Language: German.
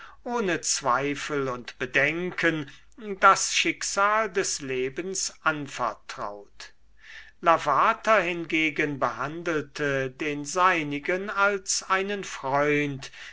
ohne zweifel und bedenken das schicksal des lebens anvertraut lavater hingegen behandelte den seinigen als einen freund